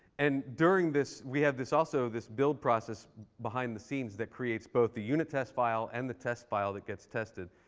and during this, we have also this build process behind the scenes that creates both the unit test file and the test file that gets tested.